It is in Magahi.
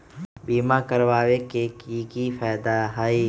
बीमा करबाबे के कि कि फायदा हई?